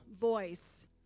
voice